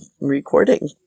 recording